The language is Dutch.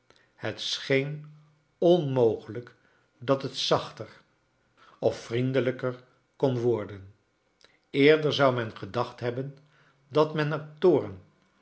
het scheen onmogelijk dat het zachter of vriendelijker kon worden eerder zou men gedacht hebben dat men er toorn